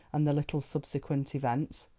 and the little subsequent events.